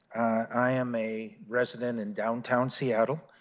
i am a resident in downtown seattle,